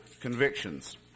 convictions